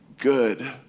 good